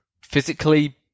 physically